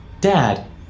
Dad